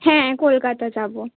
হ্যাঁ কলকাতা যাবো